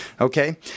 okay